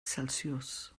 celsius